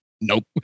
Nope